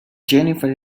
jennifer